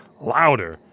louder